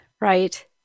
right